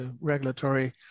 regulatory